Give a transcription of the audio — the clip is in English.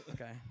okay